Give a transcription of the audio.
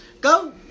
go